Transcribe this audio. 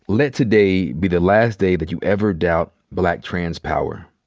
let today be the last day that you ever doubt black trans power.